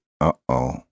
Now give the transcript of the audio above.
Uh-oh